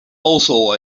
also